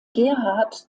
gerhard